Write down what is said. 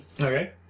Okay